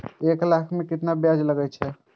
एक लाख के केतना ब्याज लगे छै?